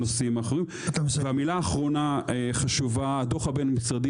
המילה האחרונה חשובה: הדו"ח הבין-משרדי,